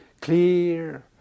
clear